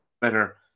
better